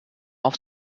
auf